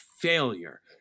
failure